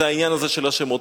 זה העניין הזה של השמות.